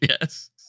yes